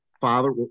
father